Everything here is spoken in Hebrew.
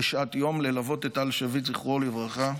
בשעת יום ללוות את טל שביט, זכרו לברכה,